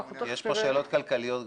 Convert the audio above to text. כי יש פה שאלות כלכליות גם.